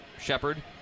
Shepard